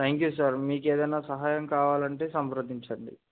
thank you sir మీకు ఏదైనా సహాయం కావాలంటే సంప్రదించండి